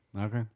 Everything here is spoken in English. Okay